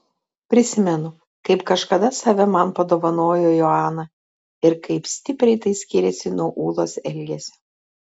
prisimenu kaip kažkada save man padovanojo joana ir kaip stipriai tai skyrėsi nuo ūlos elgesio